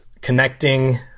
connecting